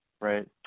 Right